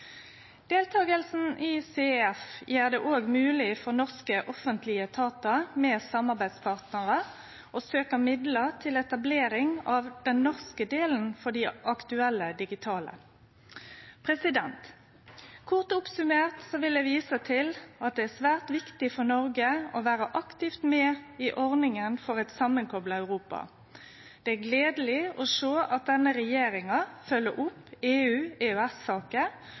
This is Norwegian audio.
Deltakinga i CEF gjer det òg mogleg for norske offentlege etatar, med samarbeidspartnarar, å søkje midlar til etablering av den norske delen for dei aktuelle digitale. Kort samanfatta vil eg vise til at det er svært viktig for Noreg å vere aktivt med i ordninga for eit samankopla Europa. Det er gledeleg å sjå at denne regjeringa følgjer opp